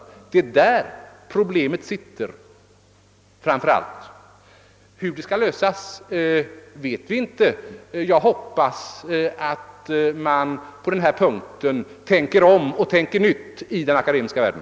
Det är framför allt där problemet ligger. Hur det skall lösas vet vi inte. Jag hoppas att man i den akademiska världen tänker om och tänker nytt på den punkten.